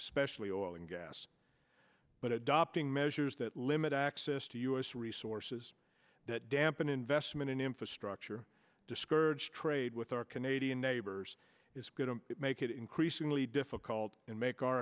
especially oil and gas but adopting measures that limit access to u s resources that dampen investment in infrastructure discourage trade with our canadian neighbors is going to make it increasingly difficult and make our